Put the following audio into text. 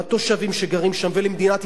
לתושבים שגרים שם ולמדינת ישראל,